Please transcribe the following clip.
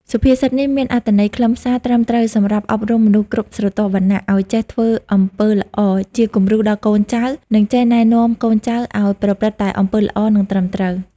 សុភាសិតនេះមានអត្ថន័យខ្លឹមសារ ត្រឹមត្រូវ សំរាប់អប់រំមនុស្សគ្រប់ស្រទាប់វណ្ណៈ ឲ្យចេះធ្វើអំពើល្អ ជាគំរូដល់កូនចៅ និងចេះណែនាំកូនចៅអោយប្រព្រឹត្តតែអំពើល្អ និងត្រឹមត្រូវ។